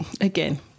again